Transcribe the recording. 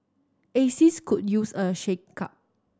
axis could use a shakeup